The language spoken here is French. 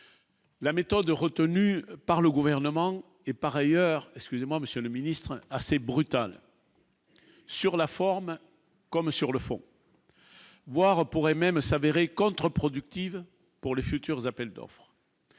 La méthode retenue par le gouvernement et par ailleurs, excusez-moi, monsieur le ministre, assez brutal sur la forme comme sur le fond. Voir pourrait même s'avérer contre-productive pour les futurs appels d'offres.